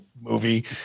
movie